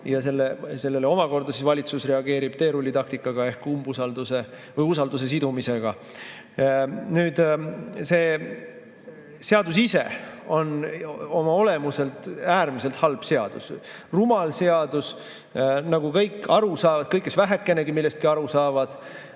ja sellele omakorda valitsus reageerib teerullitaktikaga ehk usaldusega sidumisega. Nüüd, see seadus ise on oma olemuselt äärmiselt halb seadus, rumal seadus. Nagu kõik aru saavad, kõik, kes vähekenegi millestki aru saavad